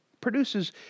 Produces